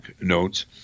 notes